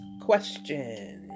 question